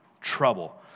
trouble